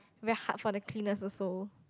very hard for the cleaners also